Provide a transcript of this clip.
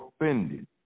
offended